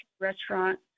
restaurant